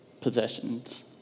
possessions